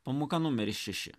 pamoka numeris šeši